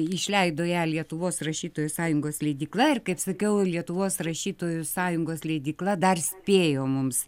išleido ją lietuvos rašytojų sąjungos leidykla ir kaip sakiau lietuvos rašytojų sąjungos leidykla dar spėjo mums